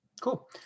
Cool